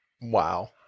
Wow